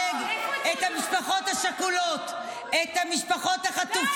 -- אבל מי שיעמוד בראשה הוא לא יהיה שופט.